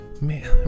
Man